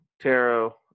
tarot